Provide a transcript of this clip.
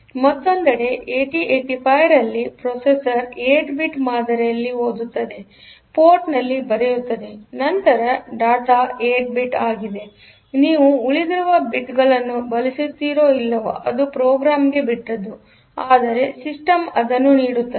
ಮತ್ತೊಂದೆಡೆ 8085 ರಲ್ಲಿ processor 8 bit ಮಾದರಿಯಲ್ಲಿ ಓದುತ್ತದೆ ಪೋರ್ಟ್ನಲ್ಲಿ ಬರೆಯುತ್ತದೆ ನಂತರ ಡೇಟಾ 8 ಬಿಟ್ ಆಗಿದೆ ನೀವು ಉಳಿದಿರುವ ಬಿಟ್ಗಳನ್ನು ಬಳಸುತ್ತೀರೋ ಇಲ್ಲವೋ ಅದು ಪ್ರೋಗ್ರಾಂಗೆ ಬಿಟ್ಟದ್ದು ಆದರೆ ಸಿಸ್ಟಮ್ ಅದನ್ನು ನೀಡುತ್ತದೆ